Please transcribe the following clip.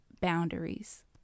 boundaries